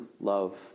love